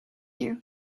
you